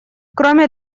кроме